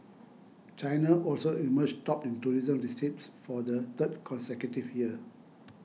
China also emerged top in tourism receipts for the third consecutive year